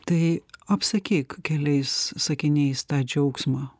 tai apsakyk keliais sakiniais tą džiaugsmą